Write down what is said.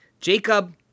Jacob